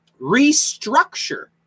restructure